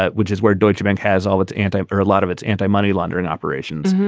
ah which is where deutschebank has all its anti-poor, a lot of its anti-money laundering operations.